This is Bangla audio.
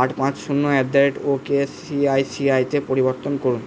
আট পাঁচ শূন্য অ্যাট দা রেট ওকে সিআইসিআইতে পরিবর্তন করুন